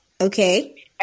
Okay